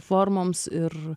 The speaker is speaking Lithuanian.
formoms ir